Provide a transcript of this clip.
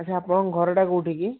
ଏଠି ଆପଣଙ୍କ ଘରଟା କେଉଁଠି କି